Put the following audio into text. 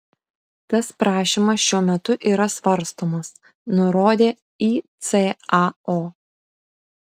tas prašymas šiuo metu yra svarstomas nurodė icao